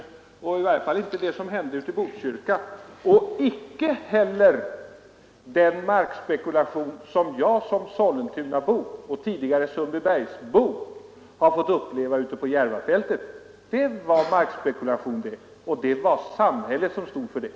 I varje fall försvarar jag inte det som hände ute i Botkyrka och icke heller den markspekulation som jag som sollentunabo och tidigare som sundbybergsbo har fått uppleva ute på Järvafältet. Det var markspekulation det — och det var samhället som stod för den.